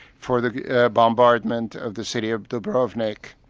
for the bombardment of the city of dubrovnik,